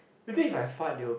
you think if I fart they will